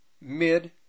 mid